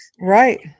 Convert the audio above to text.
Right